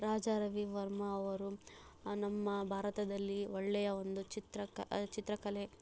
ರಾಜಾ ರವಿವರ್ಮ ಅವರು ನಮ್ಮ ಭಾರತದಲ್ಲಿ ಒಳ್ಳೆಯ ಒಂದು ಚಿತ್ರ ಕ ಚಿತ್ರಕಲೆ